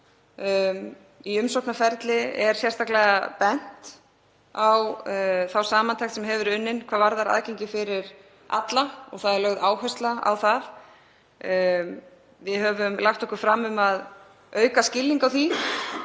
Í umsóknarferli er sérstaklega bent á þá samantekt sem hefur verið unnin hvað varðar aðgengi fyrir alla og það er lögð áhersla á það. Við höfum lagt okkur fram um að auka skilning á því.